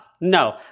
No